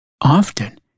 Often